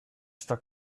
stuck